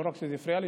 לא רק שזה הפריע לי,